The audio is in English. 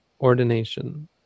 ordination